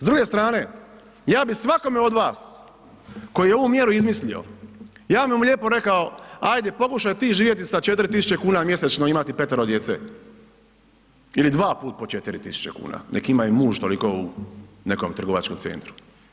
S druge strane ja bi svakome od vas koji je ovu mjeru izmislio ja bi mu reko rekao, ajde pokušaj ti živjeti sa 4.000 kuna mjesečno i imati 5-tero djece ili 2 puta po 4.000 kuna nek ima i muž toliko u nekom trgovačkom centru.